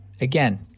again